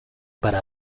para